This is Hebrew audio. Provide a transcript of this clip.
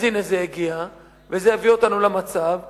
אז הנה זה הגיע, וזה הביא אותנו למצב הזה,